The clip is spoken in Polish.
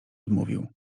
odmówił